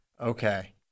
Okay